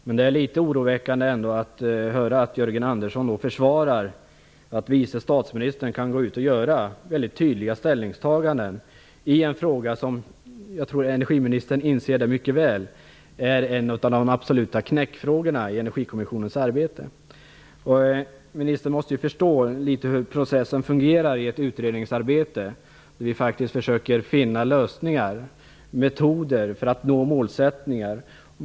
Men det är ändå litet oroväckande att höra att Jörgen Andersson försvarar att vice statsministern kan gå ut och göra mycket tydliga ställningstaganden i en fråga som jag tror att energiministern mycket väl inser är en av de absoluta knäckfrågorna i Ministern måste ju förstå hur processen fungerar i ett utredningsarbete där vi försöker att finna lösningar och metoder för att nå målsättningar.